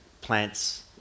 plants